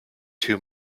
too